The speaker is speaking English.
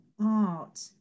art